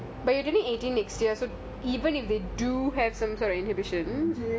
but you already eighteen next year